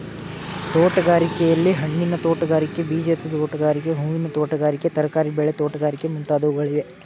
ತೋಟಗಾರಿಕೆಯಲ್ಲಿ, ಹಣ್ಣಿನ ತೋಟಗಾರಿಕೆ, ಬೀಜದ ತೋಟಗಾರಿಕೆ, ಹೂವಿನ ತೋಟಗಾರಿಕೆ, ತರಕಾರಿ ಬೆಳೆ ತೋಟಗಾರಿಕೆ ಮುಂತಾದವುಗಳಿವೆ